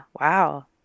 wow